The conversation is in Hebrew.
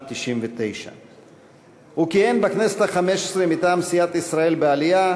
1999. הוא כיהן בכנסת החמש-עשרה מטעם סיעת ישראל בעלייה,